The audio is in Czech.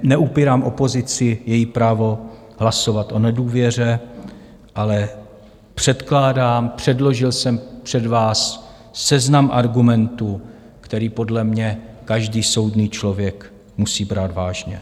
Neupírám opozici její právo hlasovat o nedůvěře, ale předkládám, předložil jsem před vás seznam argumentů, který podle mě každý soudný člověk musí brát vážně.